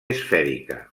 esfèrica